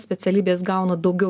specialybės gauna daugiau